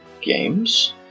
games